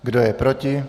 Kdo je proti?